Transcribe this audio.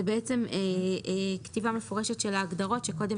זו כתיבה מפורשת של ההגדרות שקודם